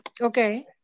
Okay